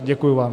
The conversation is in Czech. Děkuji vám.